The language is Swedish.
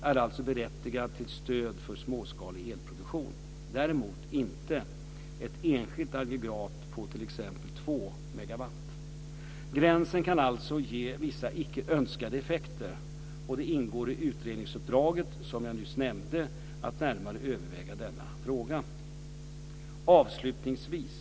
Gränsen kan alltså ge vissa icke önskade effekter. Det ingår i utredningsuppdraget som jag nyss nämnde att närmare överväga denna fråga.